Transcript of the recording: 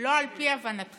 לא על פי הבנתכם,